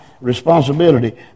responsibility